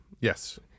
Yes